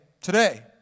today